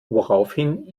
woraufhin